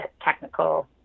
technical